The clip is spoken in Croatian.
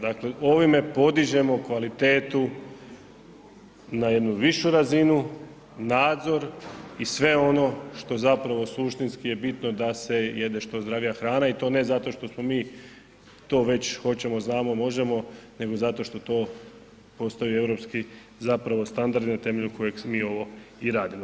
Dakle ovime podižemo kvalitetu na jednu višu razinu, nadzor i sve ono što zapravo suštinski je bitno da se jede što zdravija hrana i to ne zato što smo mi to već hoćemo, znamo, možemo nego zato što to postaju europski zapravo standardi na temelju kojeg mi ovo i radimo.